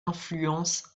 influence